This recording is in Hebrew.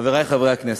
חברי חברי הכנסת,